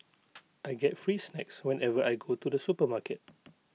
I get free snacks whenever I go to the supermarket